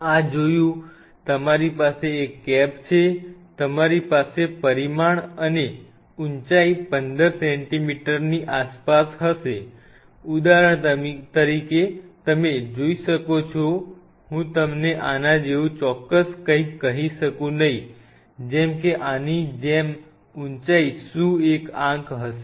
આ જોયું તમારી પાસે એક કેપ છે તમારી પાસે પરિમાણ અને ઉંચાઈ 15 centimeter ની આસપાસ હશે ઉદાહરણ તરીકે તમે જોઈ શકો છો હું તમને આના જેવું ચોક્કસ કંઈક કહી શકું નહીં જેમ કે આની જેમ ઉંચાઈ શું એક આંક હશે